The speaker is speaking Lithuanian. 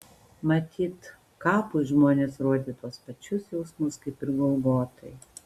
matyt kapui žmonės rodė tuos pačius jausmus kaip ir golgotai